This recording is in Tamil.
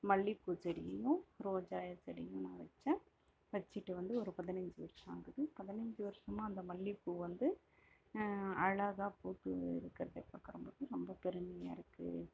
மல்லிப்பூ செடியையும் ரோஜா செடியும் நான் வச்சேன் வச்சுட்டு வந்து ஒரு பதினஞ்சி வருஷம் ஆகுது பதினஞ்சி வருஷமா அந்த மல்லிப்பூ வந்து அழகாக பூத்துனு இருக்கிறத பார்க்க நமக்கு ரொம்ப பெருமையாக இருக்குது